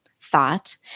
thought